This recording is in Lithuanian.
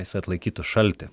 jis atlaikytų šaltį